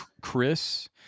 Chris